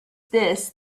this